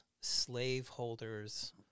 slaveholders